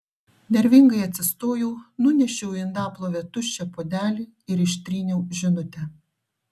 nervingai atsistojau nunešiau į indaplovę tuščią puodelį ir ištryniau žinutę